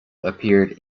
appeared